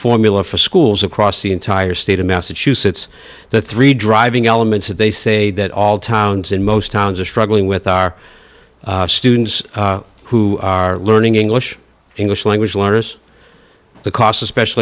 formula for schools across the entire state of massachusetts the three driving elements that they say that all towns in most towns are struggling with our students who are learning english english language learners the cost of special